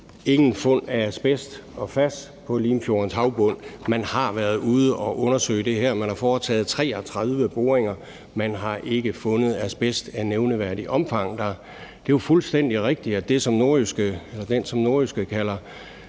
»Ingen fund af asbest og PFAS på Limfjordens havbund«. Man har været ude at undersøge det her. Man har foretaget 33 boringer, og man har ikke fundet asbest af et nævneværdigt omfang. Det er jo fuldstændig rigtigt, at den, som NORDJYSKE kalder